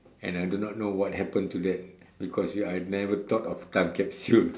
and I do not know what happen to that because I never thought of time capsule